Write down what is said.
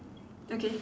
okay